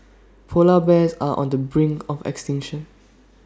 Polar Bears are on the brink of extinction